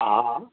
हा हा